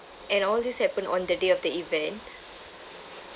and all this happened on the day of the event